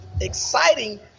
exciting